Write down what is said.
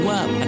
up